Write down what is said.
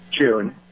June